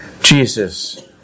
Jesus